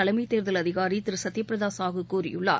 தலைமைத் தேர்தல் அதிகாரி திரு சத்ய பிரத சாஹூ கூறியுள்ளார்